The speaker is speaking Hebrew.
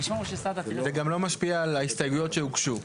זה גם לא משפיע על ההסתייגויות שהוגשו.